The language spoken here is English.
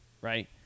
Right